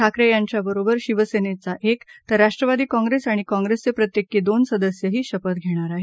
ठाकरे यांच्या बरोबर शिवसेनेचा एक तर राष्ट्रवादी काँप्रेस आणि काँप्रेसचे प्रत्येकी दोन सदस्यही शपथ घेणार आहेत